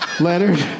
Leonard